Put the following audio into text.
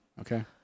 Okay